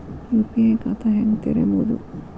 UPI ಖಾತಾ ಹೆಂಗ್ ತೆರೇಬೋದು?